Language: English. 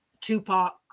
Tupac